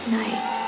night